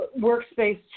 workspace